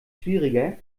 schwieriger